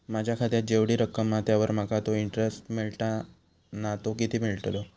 माझ्या खात्यात जेवढी रक्कम हा त्यावर माका तो इंटरेस्ट मिळता ना तो किती मिळतलो?